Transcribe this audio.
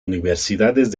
universidades